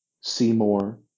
Seymour